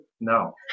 No